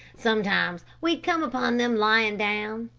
sometimes we'd come upon them lying down,